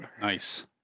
Nice